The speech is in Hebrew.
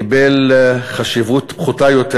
קיבל חשיבות פחותה יותר.